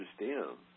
understand